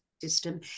system